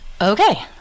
Okay